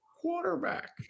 quarterback